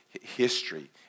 history